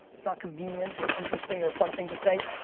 it's not convenient or interesting or a fun thing to say,